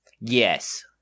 Yes